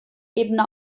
ebene